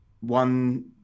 one